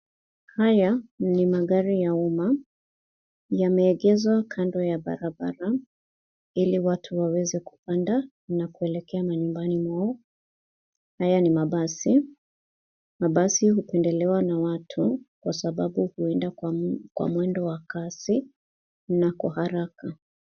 Haya ni magari ya umma. Yameegeshwa kando ya barabara ili watu waweze kupanda na kuelekea manyumbani mwao. Haya ni mabasi. Mabasi hupendelewa na watu kwa sababu huenda kwa mwendo wa kasi na kwa haraka.